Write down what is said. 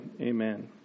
Amen